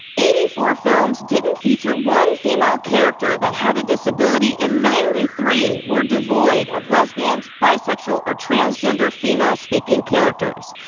eighty-four films didn't feature one female character that had a disability. and ninety three were devoid of lesbian, bisexual or transgender female speaking characters.